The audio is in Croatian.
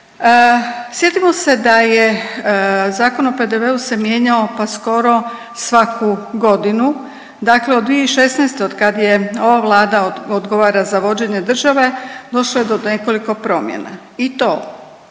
Sjetimo se da je Zakon o PDV-u se mijenjao pa skoro svaku godinu, dakle od 2016. od kad ova Vlada odgovara za vođenje države došlo je do nekoliko promjena i to